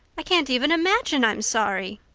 i can't even imagine i'm sorry.